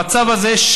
המצב הזה,